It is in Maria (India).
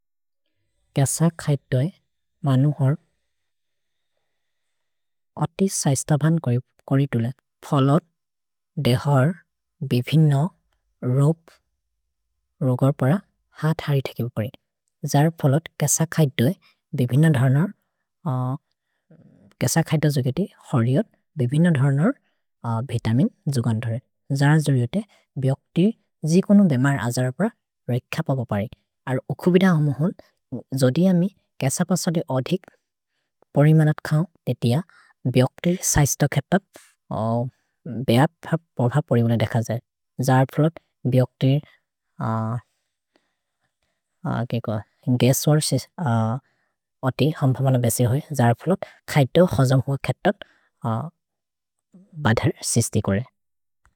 गस खैतो ए मनु हर् अति सैस्तभन् करितुले, फलोत् देहर् बिभिन रोब् रोगर् प्रए हत् हरि थेकेब् करि। जर फलोत् गस खैतो ए बिभिन धर्नर्, गस खैतो जोगेति हरिओत्, बिभिन धर्नर् वितमिन् जोगन् धरे। जर जोगेति ब्जोग्ति जि कोनु देमर् अजर प्रए रेख पप परि। अर् ओखुबिद अहोमोहोन्, जोदि अमि गस पसदि अधिक् परिमनत् खओ ते तिअ, ब्जोग्तिर् सैस्तक् खेतप्, बेह पप परिमनत् देख जरे। जर फलोत् ब्जोग्तिर् गसोअल् अति हम्फमन बेसि होये, जर फलोत् खैतो होजम् खेतप् बधर् सिस्ति कोरे।